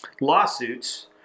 Lawsuits